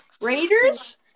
Raiders